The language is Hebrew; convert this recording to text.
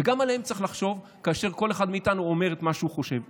וגם עליהם צריך לחשוב כאשר כל אחד מאיתנו אומר את מה שהוא חושב.